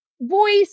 Voice